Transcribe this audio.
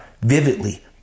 vividly